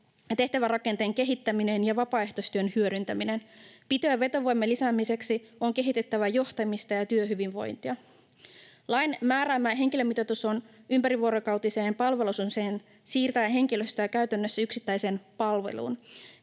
tehtävärakenteen kehittäminen ja vapaaehtoistyön hyödyntäminen. Pito- ja vetovoiman lisäämiseksi on kehitettävä johtamista ja työhyvinvointia. Lain määräämä henkilömitoitus ympärivuorokautiseen palveluasumiseen siirtää henkilöstöä käytännössä yksittäiseen palveluun.